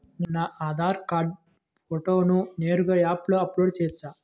నేను నా ఆధార్ కార్డ్ ఫోటోను నేరుగా యాప్లో అప్లోడ్ చేయవచ్చా?